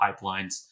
pipelines